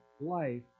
life